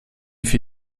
für